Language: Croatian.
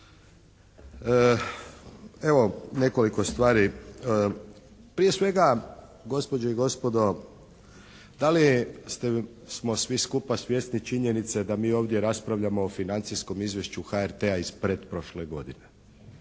Evo nekoliko stvari. Prije svega gospođe i gospodo, da li smo svi skupa svjesni činjenice da mi ovdje raspravljamo o financijskom izvješću HRT-a iz pretprošle godine.